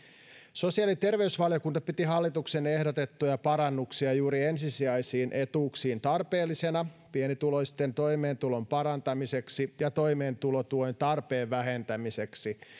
sosiaali ja terveysvaliokunta piti hallituksen ehdotettuja parannuksia juuri ensisijaisiin etuuksiin tarpeellisina pienituloisten toimeentulon parantamiseksi ja toimeentulotuen tarpeen vähentämiseksi